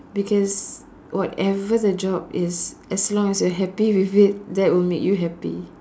because whatever the job is as long as you are happy with it that will make you happy